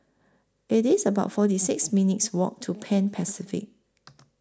IT IS about forty six minutes' Walk to Pan Pacific